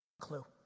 clue